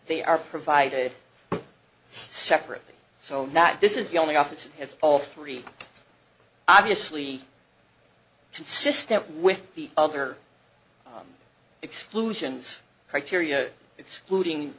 they are provided separately so that this is the only officer has all three obviously consistent with the other exclusions criteria excluding